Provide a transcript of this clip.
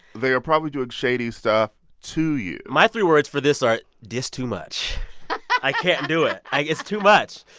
they are probably doing shady stuff to you my three words for this are this too much i can't do it. like, it's too much.